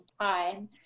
time